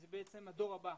זה בעצם הדור הבא,